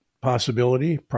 possibility